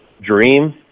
dream